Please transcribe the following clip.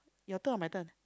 your turn or my turn